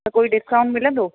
त कोई डिस्काउंट मिलंदो